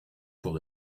cours